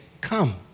come